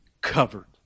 covered